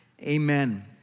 amen